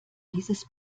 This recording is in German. dieses